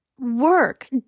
work